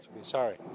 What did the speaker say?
Sorry